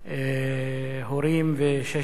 הורים וששת ילדיהם.